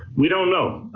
we don't know,